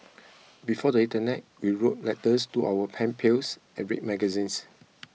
before the internet we wrote letters to our pen pals and read magazines